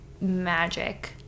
magic